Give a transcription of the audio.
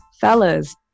Fellas